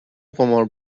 قمار